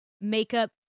Makeup